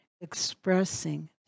expressing